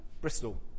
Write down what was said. Bristol